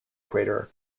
crater